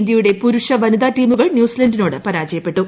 ഇന്ത്യയുടെ പുരുഷ വനിത ടീമുകൾ ന്യൂസിലന്റിനോട് പരാജയപ്പെട്ടു